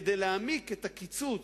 כדי להעמיק את הקיצוץ,